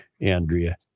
Andrea